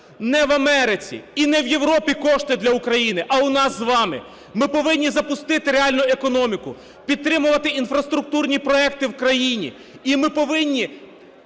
не в Америці і не в Європі кошти для України, а у нас з вами. Ми повинні запустити реальну економіку, підтримувати інфраструктурні проекти в країні,